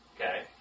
Okay